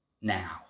now